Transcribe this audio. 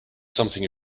something